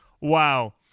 wow